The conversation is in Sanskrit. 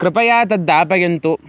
कृपया तद्दापयन्तु